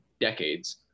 decades